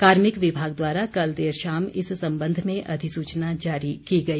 कार्मिक विभाग द्वारा कल देर शाम इस संबंध में अधिसूचना जारी की गई